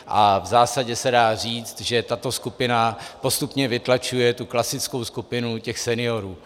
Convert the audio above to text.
A v zásadě se dá říct, že tato skupina postupně vytlačuje tu klasickou skupinu seniorů.